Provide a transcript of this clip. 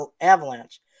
Avalanche